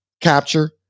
capture